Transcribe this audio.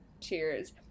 cheers